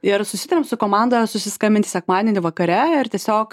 ir susitarėm su komanda susiskambinti sekmadienį vakare ir tiesiog